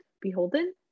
beholden